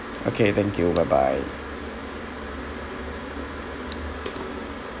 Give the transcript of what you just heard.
okay thank you bye bye